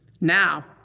Now